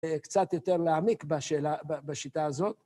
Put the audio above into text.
קצת יותר להעמיק בשאלה ב, בשיטה הזאת.